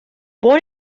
born